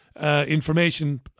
information